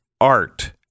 art